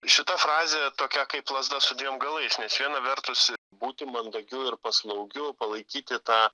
šita frazė tokia kaip lazda su dviem galais nes viena vertus būti mandagiu ir paslaugiu palaikyti tą